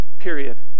period